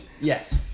Yes